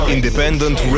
Independent